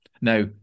now